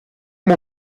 muy